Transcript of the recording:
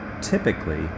typically